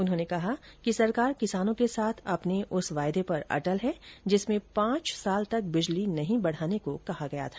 उन्होंने कहा कि सरकार किसानों के साथ अपने उस वादे पर अटल है जिसमें पांच साल तक बिजली की दरें नहीं बढाने को कहा गया था